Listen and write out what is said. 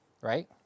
right